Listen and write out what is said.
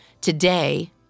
Today